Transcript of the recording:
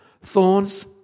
Thorns